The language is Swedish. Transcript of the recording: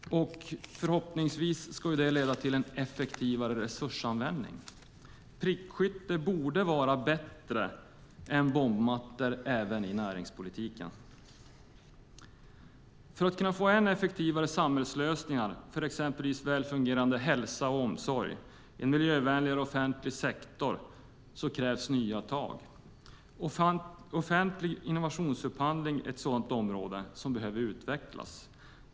Förhoppningsvis leder det till en effektivare resursanvändning. Även i näringspolitiken borde prickskytte vara bättre än bombmattor. För att kunna få ännu effektivare samhällslösningar, exempelvis för en väl fungerande hälsa och omsorg samt för en miljövänligare offentlig sektor, krävs det nya tag! Offentlig innovationsupphandling är ett sådant område som behöver utvecklas.